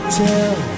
tell